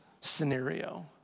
scenario